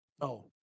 No